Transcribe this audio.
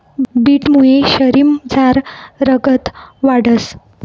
बीटमुये शरीरमझार रगत वाढंस